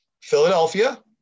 Philadelphia